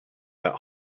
that